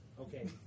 Okay